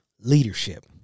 leadership